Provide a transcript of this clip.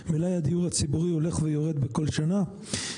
מלאי הדיור הציבורי הולך ויורד בכל שנה,